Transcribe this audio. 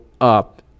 up